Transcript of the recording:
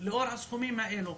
לאור הסכומים האלה.